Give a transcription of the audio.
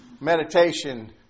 meditation